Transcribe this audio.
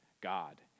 God